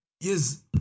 Yes